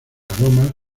aromas